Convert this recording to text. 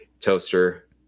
Toaster